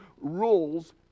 rules